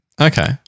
okay